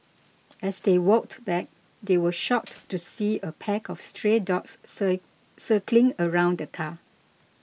as they walked back they were shocked to see a pack of stray dogs sir circling around the car